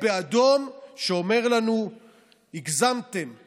ושמענו על כל הבעיות.